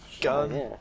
gun